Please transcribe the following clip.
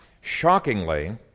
shockingly